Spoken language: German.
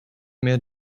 mehr